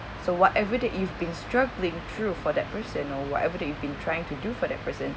so whatever that you've been struggling through for that person or whatever that you've been trying to do for that person